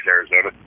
Arizona